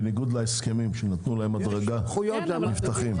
בניגוד להסכמים שנתנו להם הדרגה - נפתחים?